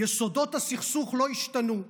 יסודות הסכסוך לא השתנו.